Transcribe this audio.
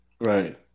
Right